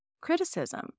criticism